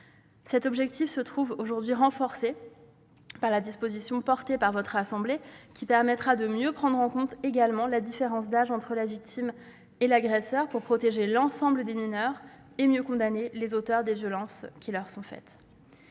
Cet objectif se trouve aujourd'hui renforcé par la disposition soutenue par votre assemblée, qui permettra de mieux prendre en compte également la différence d'âge entre la victime et l'agresseur, pour protéger l'ensemble des mineurs et mieux condamner les auteurs des violences qui sont infligées